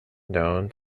known